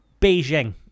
Beijing